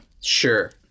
Sure